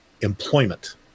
employment